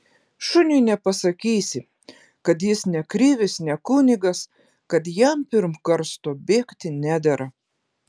šuniui nepasakysi kad jis ne krivis ne kunigas kad jam pirm karsto bėgti nedera